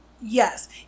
Yes